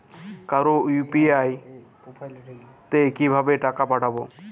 কারো ইউ.পি.আই তে কিভাবে টাকা পাঠাবো?